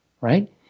right